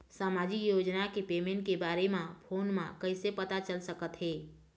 सामाजिक योजना के पेमेंट के बारे म फ़ोन म कइसे पता चल सकत हे?